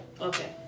Okay